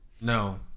No